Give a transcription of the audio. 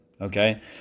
Okay